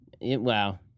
Wow